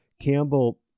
Campbell